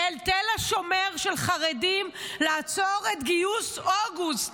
אל תל השומר לעצור את גיוס אוגוסט.